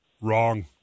Wrong